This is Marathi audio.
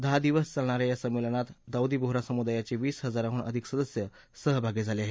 दहा दिवस चालणाऱ्या या संमेलनात दाऊदी बोहरा समुदायाचे वीस हजारांहून अधिक सदस्य सहभागी झाले आहेत